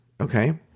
okay